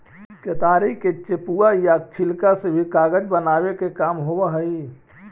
केतारी के चेपुआ या छिलका से भी कागज बनावे के काम होवऽ हई